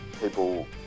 people